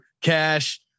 cash